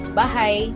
bahay